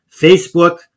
Facebook